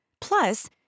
Plus